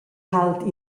halt